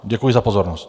Děkuji za pozornost.